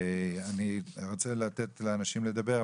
אני רוצה לתת לאנשים לדבר,